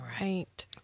Right